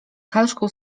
halszką